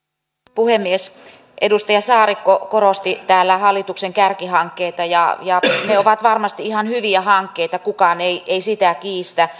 puhemies edustaja saarikko korosti täällä hallituksen kärkihankkeita ne ovat varmasti ihan hyviä hankkeita kukaan ei ei sitä kiistä